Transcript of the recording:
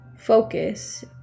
focus